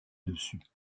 dessus